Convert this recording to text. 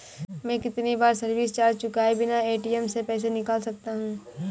मैं कितनी बार सर्विस चार्ज चुकाए बिना ए.टी.एम से पैसे निकाल सकता हूं?